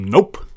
Nope